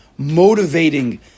motivating